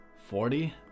Forty